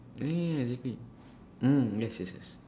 ya ya ya exactly mm yes yes yes